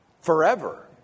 Forever